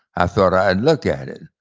i thought i'd look at it.